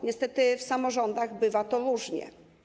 Niestety, w samorządach bywa to różnie.